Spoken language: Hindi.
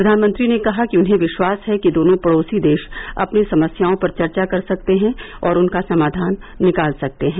प्र्यानमंत्री ने कहा कि उन्हें विश्वास है कि दोनों पड़ोसी देश अपनी समस्याओं पर चर्चा कर सकते है और उनका समाधान निकाल सकते हैं